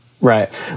Right